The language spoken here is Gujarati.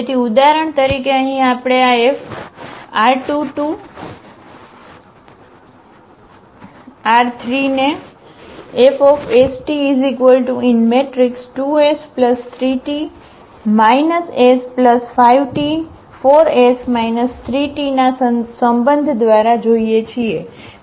તેથી ઉદાહરણ તરીકે અહીં આપણે આ FR2R3 ને ના સંબંધ દ્વારા જોઈએ છીએ